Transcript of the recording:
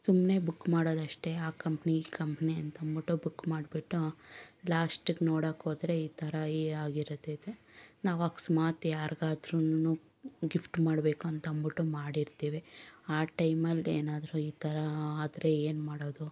ಸುಮ್ಮನೆ ಬುಕ್ ಮಾಡೋದಷ್ಟೇ ಆ ಕಂಪ್ನಿ ಈ ಕಂಪ್ನಿ ಅಂತಂದ್ಬಿಟ್ಟು ಬುಕ್ ಮಾಡಿಬಿಟ್ಟು ಲಾಸ್ಟ್ಗೆ ನೋಡೋಕ್ಕೋದ್ರೆ ಈ ಥರ ಈ ಆಗಿರ್ತೈತೆ ನಾವು ಅಕಸ್ಮಾತ್ ಯಾರಿಗಾದ್ರೂನು ಗಿಫ್ಟ್ ಮಾಡಬೇಕು ಅಂತಂದ್ಬಿಟ್ಟು ಮಾಡಿರ್ತೀ ವಿ ಆ ಟೈಮಲ್ಲೇನಾದ್ರೂ ಈ ಥರ ಆದರೆ ಏನು ಮಾಡೋದು